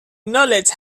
knowledge